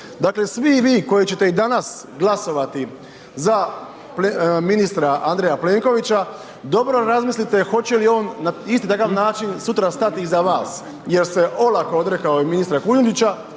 Dakle, svi vi koji ćete i danas glasovati za ministra Andreja Plenkovića, dobro razmislite hoće li on na isti takav način i sutra stati iza vas jer se olako odrekao i ministra Kujundžića.